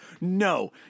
No